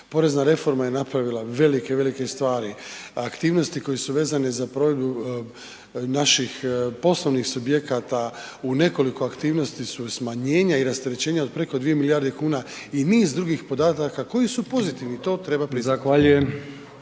porezna reforma je napravila velike, velike stvari, aktivnosti koje su vezane za provedbu naših poslovnih subjekata u nekoliko aktivnosti su smanjenja i rasterećenja od preko 2 milijarde kuna i niz drugih podataka koji su pozitivni, to treba priznati.